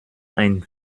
ein